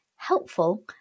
helpful